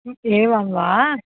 एवं वा